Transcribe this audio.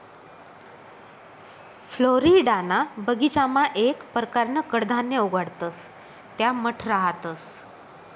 फ्लोरिडाना बगीचामा येक परकारनं कडधान्य उगाडतंस त्या मठ रहातंस